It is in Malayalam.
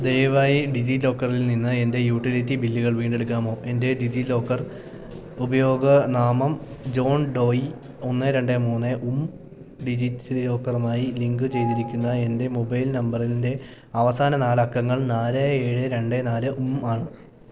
ദയവായി ഡിജിലോക്കറിൽ നിന്ന് എൻ്റെ യൂട്ടിലിറ്റി ബില്ലുകൾ വീണ്ടെടുക്കാമോ എൻ്റെ ഡിജിലോക്കർ ഉപയോഗ നാമം ജോൺഡോയി ഒന്ന് രണ്ട് മൂന്നും ഡിജിറ്റലോക്കറുമായി ലിങ്ക് ചെയ്തിരിക്കുന്ന എൻ്റെ മൊബൈൽ നമ്പറിൻ്റെ അവസാന നാലക്കങ്ങൾ നാല് ഏഴ് രണ്ട് നാലും ആണ്